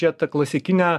žėt ta klasikine